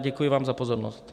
Děkuji vám za pozornost.